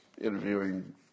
interviewing